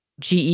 GE